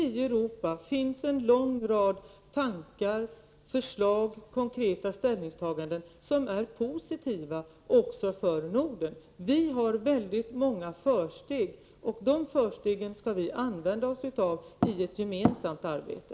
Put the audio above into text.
I Europa finns det en lång rad tankar, förslag och konkreta ställningstaganden som är positiva också för Norden. Vi har många försteg, och de förstegen skall vi använda oss av i ett gemensamt arbete.